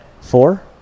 Four